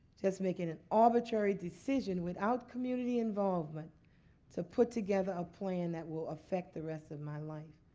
just making an arbitrary decision without community involvement to put together a plan that will affect the rest of my life.